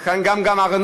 וכן גם אהרונוביץ,